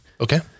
Okay